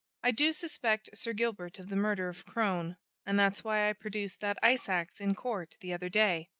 i do suspect sir gilbert of the murder of crone and that's why i produced that ice-ax in court the other day.